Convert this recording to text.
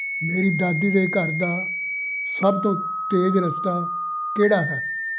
ਮੇਰੀ ਦਾਦੀ ਦੇ ਘਰ ਦਾ ਸਭ ਤੋਂ ਤੇਜ਼ ਰਸਤਾ ਕਿਹੜਾ ਹੈ